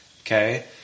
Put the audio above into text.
Okay